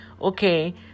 Okay